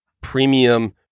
premium